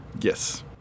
Yes